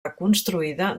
reconstruïda